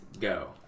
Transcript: Go